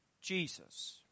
Jesus